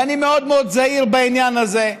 ואני מאוד מאוד זהיר בעניין הזה,